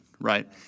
right